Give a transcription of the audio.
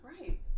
right